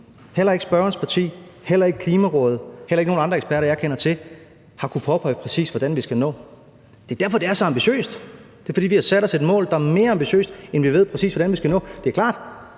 heller ikke spørgerens parti, heller ikke Klimarådet og heller ikke nogen andre eksperter, jeg kender til, har kunnet pege på præcis hvordan vi skal nå. Det er derfor, det er så ambitiøst. Det er, fordi vi har sat os et mål, der er mere ambitiøst, end at vi ved, præcis hvordan vi skal nå det. Det er klart,